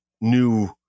new